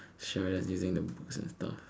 she memorizing the books and stuff